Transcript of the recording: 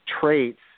traits